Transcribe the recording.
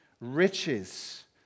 Riches